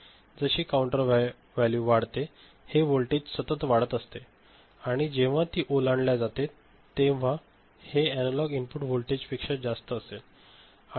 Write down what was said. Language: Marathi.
जशी काउंटर व्हॅल्यू वाढते हे व्होल्टेज सतत वाढत असते आणि जेव्हा ती ओलांडल्या जाते जेव्हा हे एनालॉग इनपुट व्होल्टेजपेक्षा जास्त असेल आणि आउटपुट बदलते